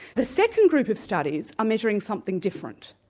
the second group of studies are measuring something different.